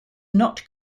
not